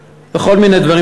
בכל מיני דברים,